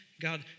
God